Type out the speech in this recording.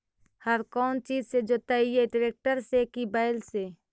हर कौन चीज से जोतइयै टरेकटर से कि बैल से?